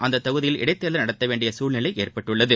அந்தத் தொகுதியில் இடைத் தேர்தல் நடத்த வேண்டிய சூழ்நிலை ஏற்பட்டுள்ளது